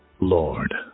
Lord